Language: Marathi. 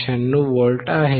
96 आहे